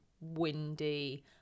windy